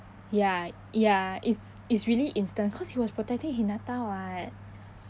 ya ya it's it's really instant because he was protecting hinata [what]